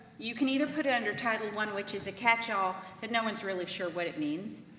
you can either put it under title one, which is a catch-all that no one's really sure what it means,